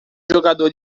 jogador